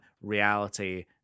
reality